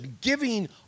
Giving